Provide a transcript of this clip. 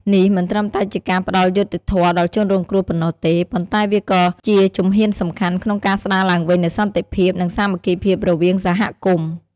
នេះមិនត្រឹមតែជាការផ្តល់យុត្តិធម៌ដល់ជនរងគ្រោះប៉ុណ្ណោះទេ ប៉ុន្តែវាក៏ជាជំហានសំខាន់ក្នុងការស្តារឡើងវិញនូវសន្តិភាព និងសាមគ្គីភាពរវាងសហគមន៍។